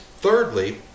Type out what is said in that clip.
thirdly